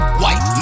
white